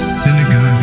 synagogue